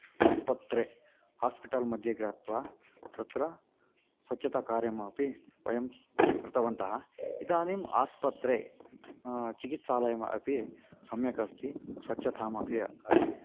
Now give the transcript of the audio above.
आस्पत्रे hospital मध्ये गत्वा तत्र स्वच्छताकार्यमपि वयं कृतवन्तः इदानीम् आस्पत्रे चिकित्सालयम् अपि सम्यक् अस्ति स्वच्छतामपि अस्ति